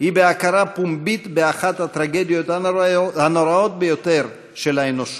היא בהכרה פומבית באחת הטרגדיות הנוראות ביותר של האנושות,